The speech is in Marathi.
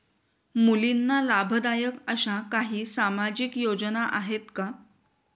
मुलींना लाभदायक अशा काही सामाजिक योजना आहेत का?